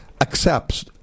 accepts